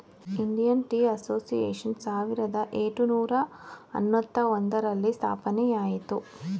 Indian tea association ಸಾವಿರದ ಏಟುನೂರ ಅನ್ನೂತ್ತ ಒಂದರಲ್ಲಿ ಸ್ಥಾಪನೆಯಾಯಿತು